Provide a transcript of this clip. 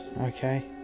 Okay